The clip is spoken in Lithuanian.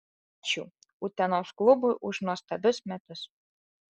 ačiū utenos klubui už nuostabius metus